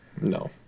No